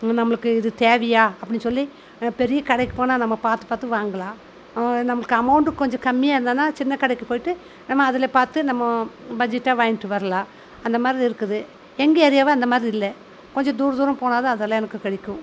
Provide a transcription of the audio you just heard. நம்மளுக்கு இது தேவையா அப்படின்னு சொல்லி பெரிய கடைக்கு போனால் நம்ம பார்த்து பார்த்து வாங்கலாம் நம்மளுக்கு அமவுண்ட்டும் கொஞ்சம் கம்மியாக இருந்ததுன்னா சின்ன கடைக்கு போய்ட்டு நம்ம அதில் பார்த்து நம்ம பட்ஜெட்டாக வாங்கிகிட்டு வரலாம் அந்த மாதிரி இருக்குது எங்கள் ஏரியாவில் அந்த மாதிரி இல்லை கொஞ்சம் தூரம் தூரம் போனால் தான் அதெல்லாம் எனக்கு கிடைக்கும்